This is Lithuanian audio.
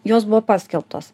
jos buvo paskelbtos